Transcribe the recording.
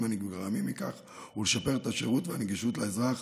הנגרמים מכך ולשפר את השירות והנגישות לאזרח,